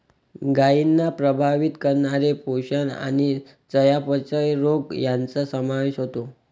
गायींना प्रभावित करणारे पोषण आणि चयापचय रोग यांचा समावेश होतो